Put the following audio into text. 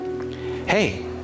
Hey